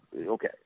Okay